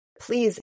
please